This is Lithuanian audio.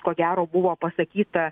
ko gero buvo pasakyta